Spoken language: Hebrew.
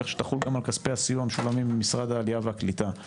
כך שתחול גם על כספי הסיוע המשולמים במשרד העלייה והקליטה.